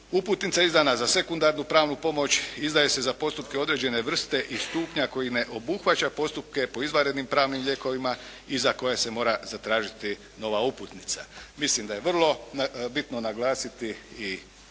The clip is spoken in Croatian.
Uputnica izdana za sekundarnu pravnu pomoć, izdaje se za postupke određene vrste i stupnja koji ne obuhvaća postupke po izvanrednim pravnim lijekovima i za koja se mora zatražiti nova uputnica. Mislim da je vrlo bitno naglasiti i